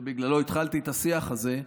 שבגללו התחלתי את השיח הזה,